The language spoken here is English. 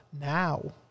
now